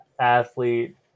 athlete